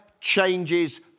changes